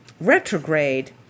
retrograde